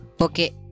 Okay